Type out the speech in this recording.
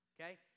okay